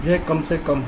यह कम से कम हो